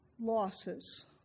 Losses